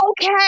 okay